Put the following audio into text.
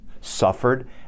suffered